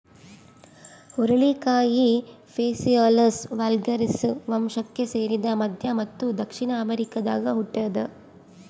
ಹುರುಳಿಕಾಯಿ phaseolus vulgaris ವಂಶಕ್ಕೆ ಸೇರಿದ ಮಧ್ಯ ಮತ್ತು ದಕ್ಷಿಣ ಅಮೆರಿಕಾದಾಗ ಹುಟ್ಯಾದ